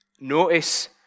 Notice